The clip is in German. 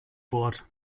wort